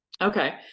okay